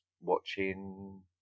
watching